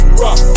rock